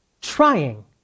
trying